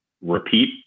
repeat